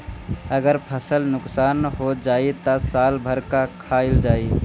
अगर फसल नुकसान हो जाई त साल भर का खाईल जाई